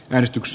väristyx